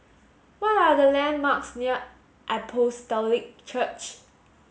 what are the landmarks near Apostolic Church